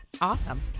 Awesome